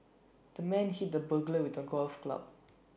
the man hit the burglar with A golf club